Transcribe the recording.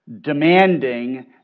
demanding